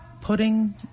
putting